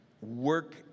work